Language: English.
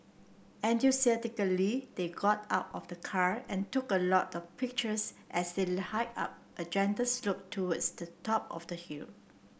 enthusiastically they got out of the car and took a lot of pictures as they hiked up a gentle slope towards the top of the hill